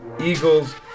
Eagles